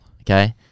Okay